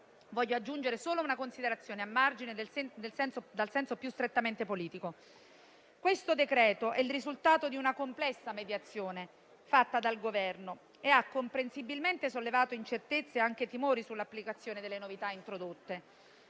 voglio aggiungere a margine una considerazione dal senso più strettamente politico. Il provvedimento in esame è il risultato di una complessa mediazione fatta dal Governo e ha comprensibilmente sollevato incertezze e anche timori sull'applicazione delle novità introdotte.